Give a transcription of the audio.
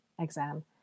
exam